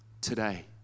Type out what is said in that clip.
today